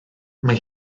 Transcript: mae